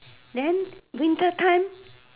then winter time